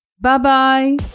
Bye-bye